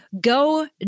Go